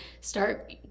Start